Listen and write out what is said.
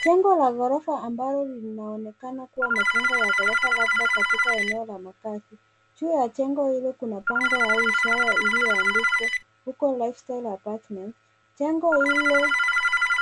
Jengo la ghorofa ambalo linaonekena kuwa majengo ya ghorofa labda katika eneo ya makazi. Juu ya jengo hilo kuna bango au ishara iliyoandikwa uko lifestyle apartment. Jengo hilo